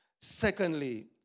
Secondly